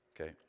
okay